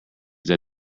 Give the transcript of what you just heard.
that